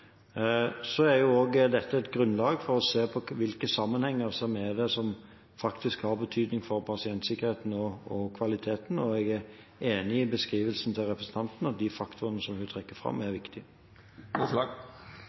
er et grunnlag for å se på hvilke sammenhenger som har betydning for pasientsikkerheten og kvaliteten. Jeg er enig i beskrivelsen til representanten, at de faktorene som hun trekker fram, er